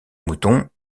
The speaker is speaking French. mouton